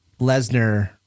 Lesnar